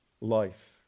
life